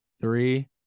Three